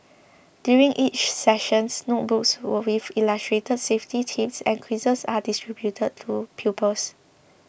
during each sessions notebooks with illustrated safety tips and quizzes are distributed to pupils